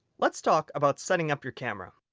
let's talk about setting up your camera.